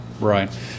Right